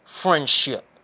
friendship